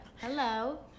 Hello